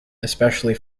especially